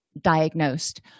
diagnosed